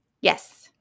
Yes